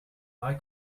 eye